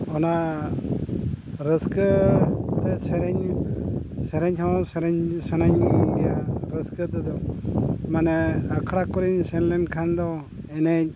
ᱚᱱᱟ ᱨᱟᱹᱥᱠᱟᱹ ᱛᱮ ᱥᱮᱨᱮᱧ ᱥᱮᱨᱮᱧ ᱦᱚᱸ ᱥᱮᱨᱮᱧ ᱥᱟᱱᱟᱧ ᱜᱮᱭᱟ ᱨᱟᱹᱥᱠᱟᱹ ᱛᱮᱫᱚ ᱢᱟᱱᱮ ᱟᱠᱷᱲᱟ ᱠᱚᱨᱮᱧ ᱥᱮᱱ ᱞᱮᱱᱠᱷᱟᱱ ᱫᱚ ᱮᱱᱮᱡ